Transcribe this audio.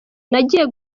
nagiye